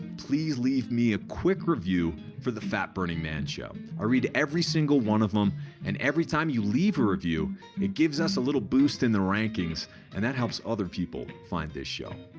please leave me a quick review for the fat-burning man show. i read every single one of them and every time you leave a review it gives us a little boost in the rankings and that helps other people find this show.